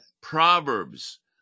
Proverbs